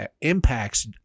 impacts